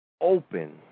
open